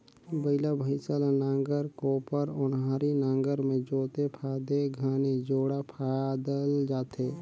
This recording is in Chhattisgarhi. बइला भइसा ल नांगर, कोपर, ओन्हारी नागर मे जोते फादे घनी जोड़ा फादल जाथे